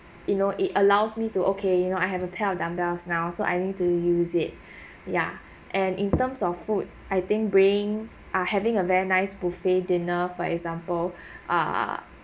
you know it allows me to okay you know I have a pair of dumbbells now so I need to use it yeah and in terms of food I think being ah having a very nice buffet dinner for example ah